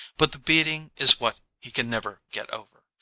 but the beating is what he can never get over.